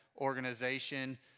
organization